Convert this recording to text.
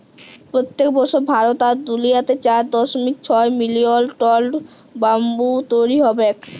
পইত্তেক বসর ভারত আর দুলিয়াতে চার দশমিক ছয় মিলিয়ল টল ব্যাম্বু তৈরি হবেক